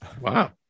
wow